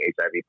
HIV